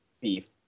beef